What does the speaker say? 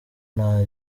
nta